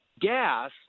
gas